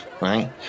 right